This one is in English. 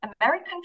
American